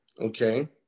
Okay